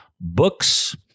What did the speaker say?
books